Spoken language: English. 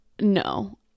No